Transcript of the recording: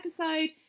episode